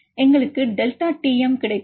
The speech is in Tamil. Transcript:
எங்களுக்கு டெல்டா டி மீ கிடைக்கும்